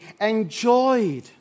enjoyed